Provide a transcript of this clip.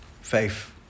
faith